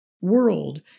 world